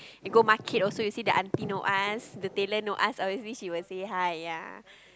you go market also you see the auntie know us the tailor know us obviously we will say hi ya